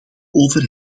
over